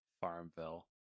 Farmville